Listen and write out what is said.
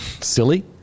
silly